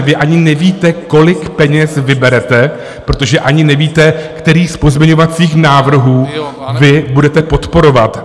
Vy ani nevíte, kolik peněz vyberete, protože ani nevíte, který z pozměňovacích návrhů budete podporovat.